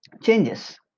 changes